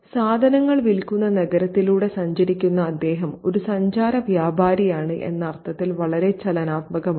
സാധനങ്ങൾ വിൽക്കുന്ന നഗരത്തിലൂടെ സഞ്ചരിക്കുന്ന അദ്ദേഹം ഒരു സഞ്ചാര വ്യാപാരിയാണ് എന്ന അർത്ഥത്തിൽ വളരെ ചലനാത്മകനാണ്